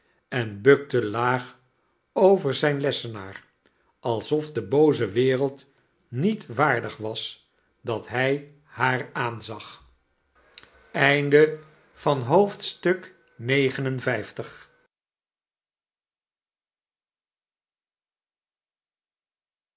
en bukte laag over zijn lessenaar alsof de booze wereld niet waardig was dat hij haar aanzag